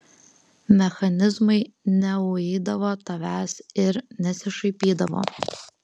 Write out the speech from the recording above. mechanizmai neuidavo tavęs ir nesišaipydavo